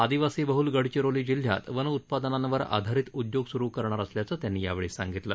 आदिवासी बडूल गडचिरोली जिल्ह्यात वनउत्पादनांवर आधारित उद्योग सुरु करणार असल्याचं त्यांनी यावेळी सांगितलं